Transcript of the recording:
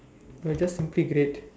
you are just simply great